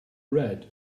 red